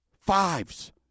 fives